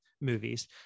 movies